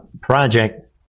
Project